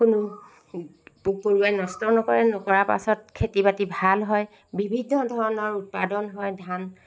কোনো পোক পৰুৱাই নষ্ট নকৰে নকৰা পাছত খেতি বাতি ভাল হয় বিভিন্ন ধৰণৰ উৎপাদন হয় ধান